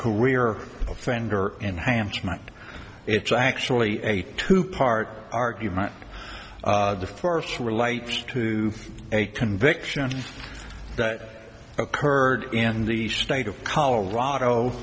career offender enhancement it's actually a two part argument the first relates to a conviction that occurred in the state of colorado